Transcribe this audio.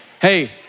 Hey